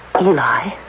Eli